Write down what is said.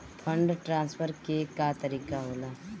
Fund transfer के का तरीका होला?